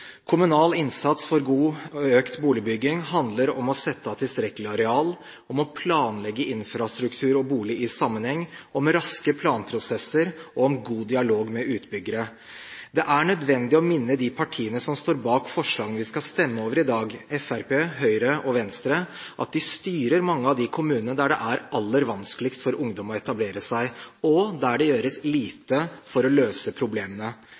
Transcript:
Kommunal innsats for god og økt boligbygging handler om å sette av tilstrekkelig areal, om å planlegge infrastruktur og bolig i sammenheng, om raske planprosesser og om god dialog med utbyggere. Det er nødvendig å minne de partiene som står bak forslagene vi skal stemme over i dag – Fremskrittspartiet, Høyre og Venstre – om at de styrer mange av de kommunene der det er aller vanskeligst for ungdom å etablere seg, og der det gjøres lite for å løse problemene.